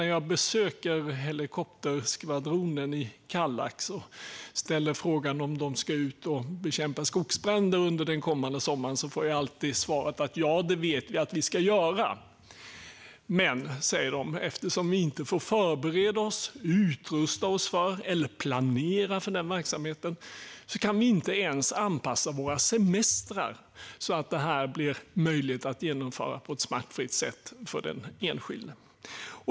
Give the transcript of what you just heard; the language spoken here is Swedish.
När jag besöker helikopterskvadronen i Kallax, fru talman, och ställer frågan om de ska ut och bekämpa skogsbränder under den kommande sommaren får jag alltid svaret: Ja, det vet vi att vi ska göra - men eftersom vi inte får förbereda oss, utrusta oss eller planera för den verksamheten kan vi inte ens anpassa våra semestrar så att det blir möjligt att genomföra på ett smärtfritt sätt för den enskilde.